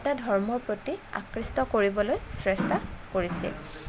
এটা ধৰ্মৰ প্ৰতি আকৃষ্ট কৰিবলৈ চেষ্টা কৰিছিল